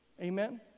Amen